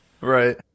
Right